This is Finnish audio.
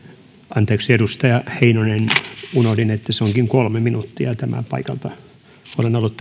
anteeksi edustaja heinonen unohdin että se onkin kolme minuuttia paikalta olen ollut